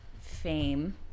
fame